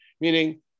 meaning